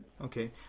Okay